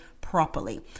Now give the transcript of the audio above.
properly